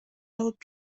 алып